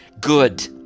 good